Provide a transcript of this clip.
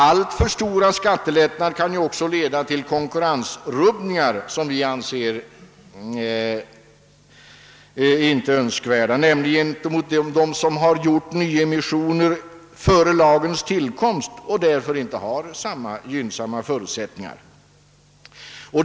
Alltför stora skattelättnader kan också leda till konkurrensrubbningar som vi inte anser önskvärda, nämligen när det gäller dem som har gjort nyemissioner före lagens tillkomst och därför inte har samma gynnsamma förutsättningar.